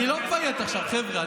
אני לא מפייט עכשיו, חבר'ה.